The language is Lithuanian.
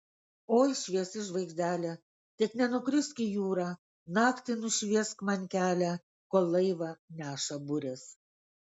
oi šviesi žvaigždele tik nenukrisk į jūrą naktį nušviesk man kelią kol laivą neša burės